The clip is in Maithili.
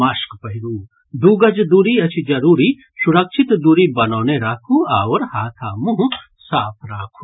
मास्क पहिरू दू गज दूरी अछि जरूरी सुरक्षित दूरी बनौने राखू आओर हाथ आ मुंह साफ राखू